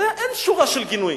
על זה אין שורה של גינויים.